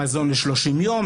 מזון ל-30 יום,